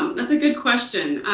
that's a good question.